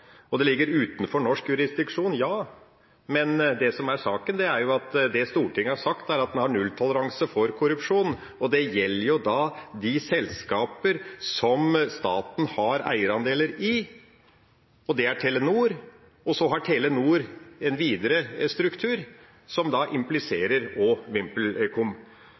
USA. Det ligger utenfor norsk jurisdiksjon – ja, men det som er saken, er jo at Stortinget har sagt at en har nulltoleranse for korrupsjon. Og det gjelder da de selskaper som staten har eierandeler i. Det er Telenor, og så har Telenor en videre struktur, som da også impliserer VimpelCom. Det som er spesielt, er at dette er så krevende. Og